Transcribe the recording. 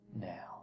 now